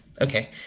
Okay